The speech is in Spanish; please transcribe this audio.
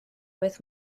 vez